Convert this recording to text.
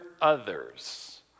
others